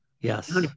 yes